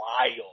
wild